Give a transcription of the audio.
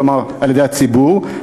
כלומר על-ידי הציבור,